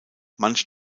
manche